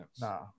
No